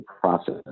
process